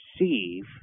receive